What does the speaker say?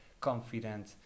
confident